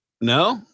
No